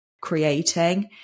creating